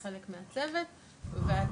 נצטרך לפנות אליהם בעניין הזה.